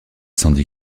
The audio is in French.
sandy